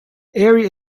area